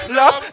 love